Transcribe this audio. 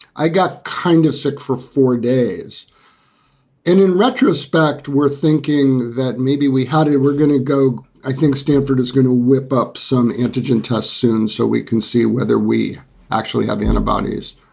i got kind of sick for four days. and in retrospect, we're thinking that maybe we had it, we're gonna go. i think stanford is going to whip up some antigen tests soon so we can see whether we actually have the antibodies.